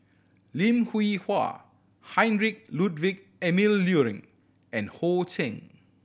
Lim Hwee Hua Heinrich Ludwig Emil Luering and Ho Ching